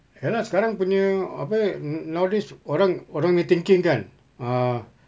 ya lah sekarang punya apa err nowadays orang orang punya thinking kan ah